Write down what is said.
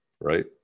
right